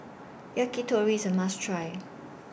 Yakitori IS A must Try